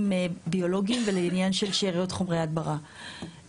ביולוגיים ולעניין של שאריות חומרי הדברה.